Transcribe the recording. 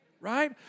right